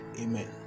Amen